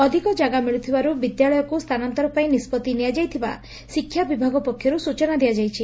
ଅଧିକ ଜାଗା ମିଳୁଥିବାରୁ ବିଦ୍ୟାଳୟକୁ ସ୍ତାନାନ୍ତର ପାଇଁ ନିଷ୍ବଭି ନିଆଯାଇଥିବା ଶିକ୍ଷା ବିଭାଗ ପକ୍ଷରୁ ସ୍ଟଚନା ଦିଆଯାଇଛି